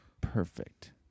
perfect